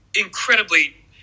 incredibly